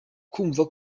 kumva